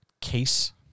case